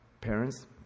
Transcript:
parents